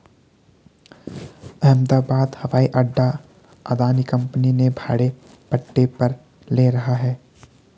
अहमदाबाद हवाई अड्डा अदानी कंपनी ने भाड़े पट्टे पर ले रखा है